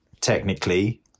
technically